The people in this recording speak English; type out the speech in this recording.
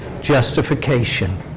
Justification